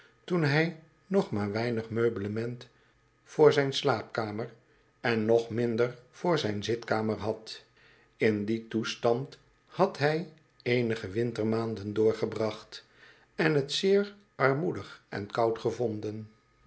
toen hij nog maar weinig meublement voor zijn slaapkamer en nog minder voor zijn zitkamer had in dien toestand had hij eenige wintermaanden doorgebracht en het zeer armoedig en koud gevonden